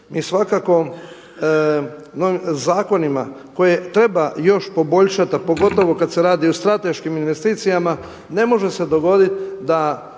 Mi svakako novim zakonima koje treba još poboljšati, a pogotovo kada se radi o strateškim investicijama, ne može se dogoditi da